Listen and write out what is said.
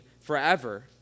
forever